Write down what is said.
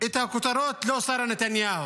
את הכותרות, לא שרה נתניהו.